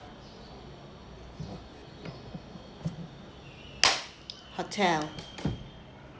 hotel